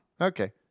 Okay